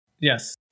Yes